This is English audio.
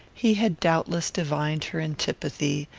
he had doubtless divined her antipathy,